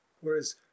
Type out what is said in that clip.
whereas